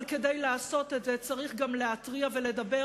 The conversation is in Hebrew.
אבל כדי לעשות את זה צריך גם להתריע ולדבר